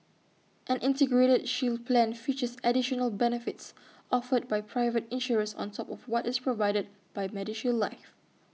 an integrated shield plan features additional benefits offered by private insurers on top of what is provided by medishield life